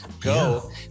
go